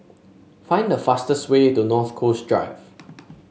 find the fastest way to North Coast Drive